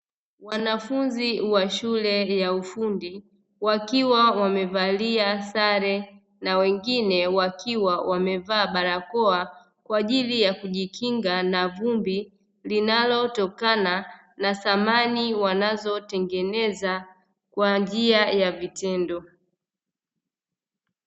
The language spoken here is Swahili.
Wanafunzi wa shule ya ufundi wakiwa wamevalia sare na wengine na wakiwa wamevaa barakoa, kwa ajili ya kujikinga na vumbi linalotokana na samani wanazotengeneza kwa njia ya vitendo.